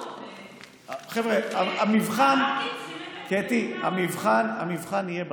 קטי, המבחן יהיה בתוצאה.